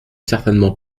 certainement